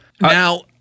Now